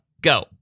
Go